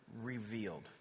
revealed